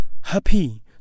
happy